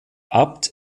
abd